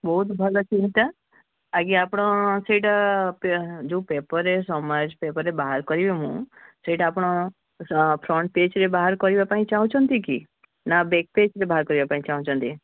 ବହୁତ ଭଲ ଚିନ୍ତା ଆଜ୍ଞା ଆପଣ ସେଇଟା ପେ ଯେଉଁ ପେପର୍ରେ ସମାଜ ପେପର୍ରେ ବାହାର କରିବେ ମୁଁ ସେଇଟା ଆପଣ ଫ୍ରଣ୍ଟ ପେଜ୍ରେ ବାହାର କରିବା ପାଇଁ ଚାହୁଁଛନ୍ତି କି ନା ବ୍ୟାକ୍ ପେଜ୍ରେ ବାହାର କରିବା ପାଇଁ ଚାହୁଁଛନ୍ତି